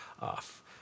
off